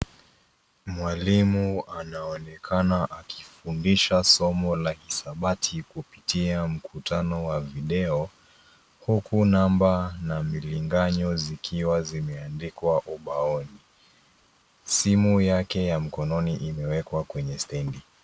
Mwalimu anaonekana akifundisha somo la hisabati kupitia mkutano wa video, huku namba na vilinganyo zikiwa zimeandikwa ubaoni. Simu yake ya mkononi imewekwa kwenye stendi.